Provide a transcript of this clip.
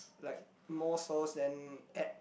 like more sauce then add